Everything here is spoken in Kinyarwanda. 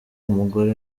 umugore